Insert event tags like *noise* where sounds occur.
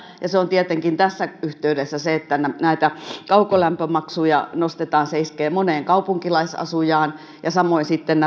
ja se on tietenkin tässä yhteydessä se että näitä kaukolämpömaksuja nostetaan se iskee moneen kaupunkilaisasujaan ja samoin sitten *unintelligible*